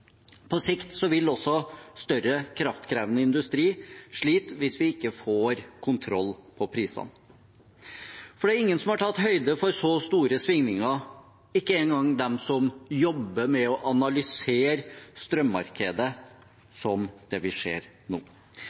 På sikt vil også større kraftkrevende industri slite hvis vi ikke får kontroll på prisene, for det er ingen som har tatt høyde for så store svingninger som det vi ser nå, ikke engang dem som jobber med å analysere strømmarkedet.